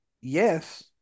yes